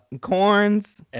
Corn's